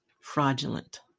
fraudulent